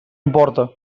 importa